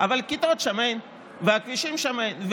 אבל כיתות שם אין וכבישים שם אין.